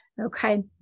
Okay